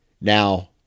Now